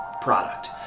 product